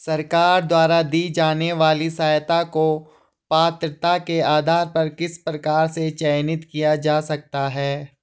सरकार द्वारा दी जाने वाली सहायता को पात्रता के आधार पर किस प्रकार से चयनित किया जा सकता है?